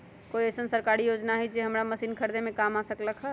कोइ अईसन सरकारी योजना हई जे हमरा मशीन खरीदे में काम आ सकलक ह?